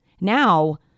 Now